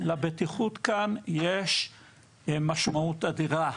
לבטיחות כאן יש משמעות אדירה.